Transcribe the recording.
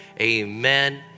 amen